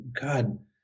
God